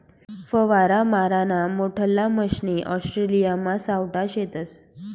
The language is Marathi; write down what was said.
फवारा माराना मोठल्ला मशने ऑस्ट्रेलियामा सावठा शेतस